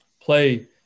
play